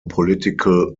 political